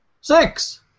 six